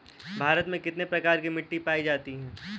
भारत में कितने प्रकार की मिट्टी पाई जाती है?